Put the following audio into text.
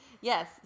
Yes